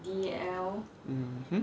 mmhmm